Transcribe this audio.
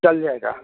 चल जाएगा